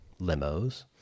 limos